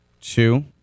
two